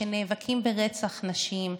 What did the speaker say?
שנאבקים ברצח נשים,